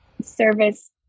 service